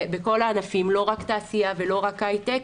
לא רק תעשיה ולא רק הייטק,